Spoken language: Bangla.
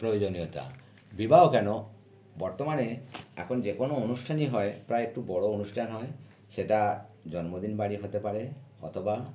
প্রয়োজনীয়তা বিবাহ কেন বর্তমানে এখন যে কোনো অনুষ্ঠানই হয় প্রায় একটু বড়ো অনুষ্ঠান হয় সেটা জন্মদিন বাড়ি হতে পারে অথবা